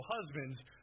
husbands